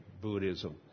Buddhism